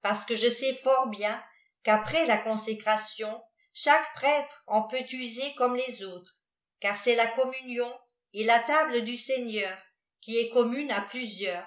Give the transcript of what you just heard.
parce que je sai fort bien qu'après la consécration chaque prêtre en peut user comme les autres car c'est la communion et la table du seigneur qui est commune à plusieurs